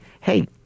hey